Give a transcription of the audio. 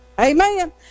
Amen